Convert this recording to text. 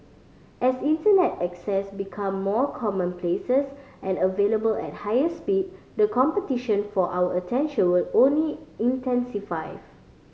as Internet access become more commonplaces and available at higher speed the competition for our attention will only intensify